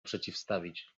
przeciwstawić